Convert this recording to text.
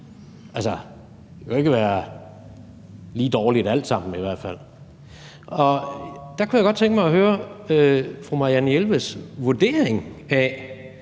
kan i hvert fald ikke være lige dårligt alt sammen. Der kunne jeg godt tænke mig at høre fru Marianne Jelveds vurdering af,